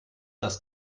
das